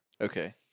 Okay